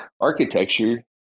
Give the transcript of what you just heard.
architecture